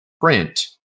print